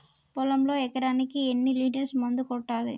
పొలంలో ఎకరాకి ఎన్ని లీటర్స్ మందు కొట్టాలి?